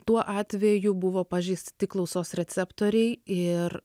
tuo atveju buvo pažeisti klausos receptoriai ir